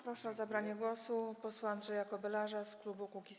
Proszę o zabranie głosu posła Andrzeja Kobylarza z klubu Kukiz’15.